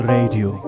Radio